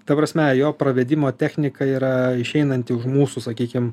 ta prasme jo pravedimo technika yra išeinanti už mūsų sakykim